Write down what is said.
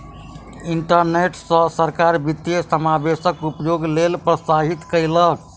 internet सॅ सरकार वित्तीय समावेशक उपयोगक लेल प्रोत्साहित कयलक